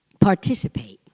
participate